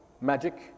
magic